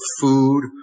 food